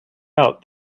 out